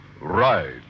Ride